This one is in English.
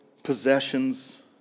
Possessions